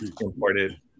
Imported